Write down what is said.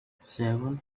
seven